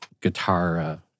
guitar